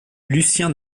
lucien